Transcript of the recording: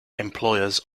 employers